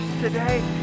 today